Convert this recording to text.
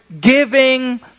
giving